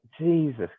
Jesus